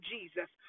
Jesus